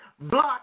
block